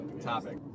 Topic